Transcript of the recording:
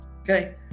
Okay